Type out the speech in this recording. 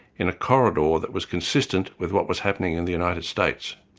in a corridor that was consistent with what was happening in the united states.